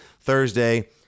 Thursday